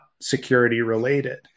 security-related